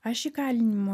aš įkalinimo